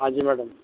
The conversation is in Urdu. ہاں جی میڈم